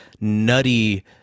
nutty